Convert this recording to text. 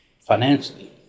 financially